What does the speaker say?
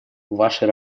вашей